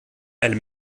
elle